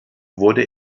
wurde